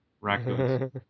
raccoons